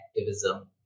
activism